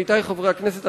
עמיתי חברי הכנסת,